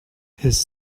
his